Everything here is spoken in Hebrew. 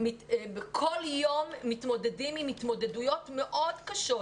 ההורים כל יום מתמודדים עם התמודדויות מאוד קשות,